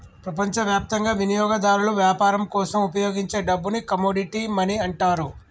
ప్రపంచవ్యాప్తంగా వినియోగదారులు వ్యాపారం కోసం ఉపయోగించే డబ్బుని కమోడిటీ మనీ అంటారు